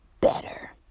better